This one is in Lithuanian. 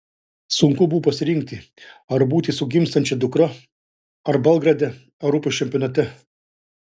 sunku buvo pasirinkti ar būti su gimstančia dukra ar belgrade europos čempionate